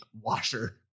washer